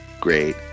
great